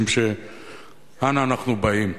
משום שאנה אנחנו באים,